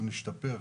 אנחנו נשתפר,